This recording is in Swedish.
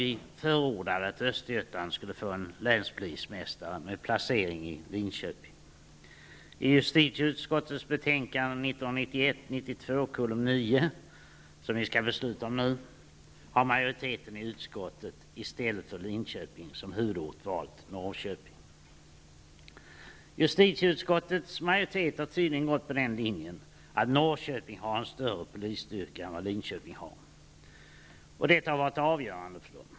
Vi förordar att Östergötland skall få en länspolismästare med placering i Linköping. I justitieutskottets betänkande 1991/92:JuU9 -- som vi nu skall fatta beslut om -- har majoriteten i utskottet i stället för Justitieutskottets majoritet har tydligen gått på linjen att Norrköping har en större polisstyrka än vad Linköping har, och det har varit avgörande för dem.